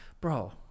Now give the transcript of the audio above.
Bro